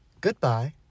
Goodbye